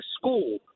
school